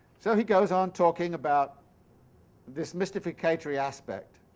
so he goes on talking about this mystificatory aspect.